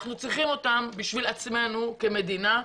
אנחנו צריכים אותם בשבילנו כמדינה חיים,